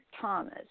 Thomas